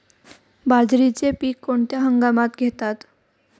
बाजरीचे पीक कोणत्या हंगामात घेतात?